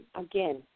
again